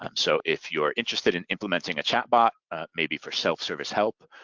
um so if you're interested in implementing a chat bot maybe for self service help,